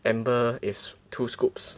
Amber is two scoops